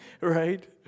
right